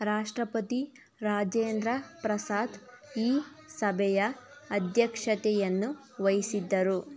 ರಾಷ್ಟ್ರಪತಿ ರಾಜೇಂದ್ರ ಪ್ರಸಾದ್ ಈ ಸಭೆಯ ಅಧ್ಯಕ್ಷತೆಯನ್ನು ವಹಿಸಿದ್ದರು